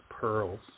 pearls